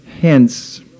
hence